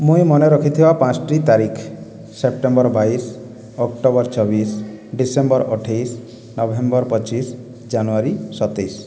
ମୁଇଁ ମନେ ରଖିଥିବା ପାଞ୍ଚ୍ଟି ତାରିଖ ସେପ୍ଟେମ୍ବର ବାଇଶ ଅକ୍ଟୋବର ଛବିଶ ଡିସେମ୍ବର ଅଠେଇଶ ନଭେମ୍ବର ପଚିଶ ଜାନୁଆରୀ ସତେଇଶ